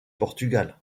portugal